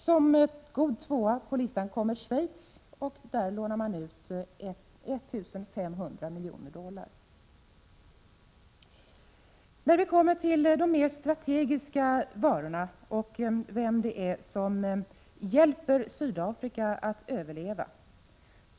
Som god tvåa kommer Schweiz, som lånar ut 1 500 miljoner dollar. Sedan kommer vi till de mer strategiska varorna. Vilka är det som hjälper Sydafrika att överleva?